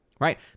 Right